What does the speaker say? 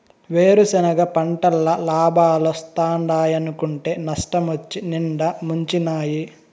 వేరుసెనగ పంటల్ల లాబాలోస్తాయనుకుంటే నష్టమొచ్చి నిండా ముంచినాయి